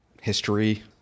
history